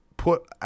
put